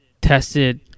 tested